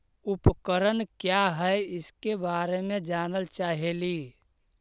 उपकरण क्या है इसके बारे मे जानल चाहेली?